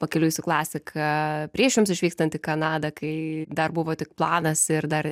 pakeliui su klasika prieš jums išvykstant į kanadą kai dar buvo tik planas ir dar